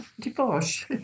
divorce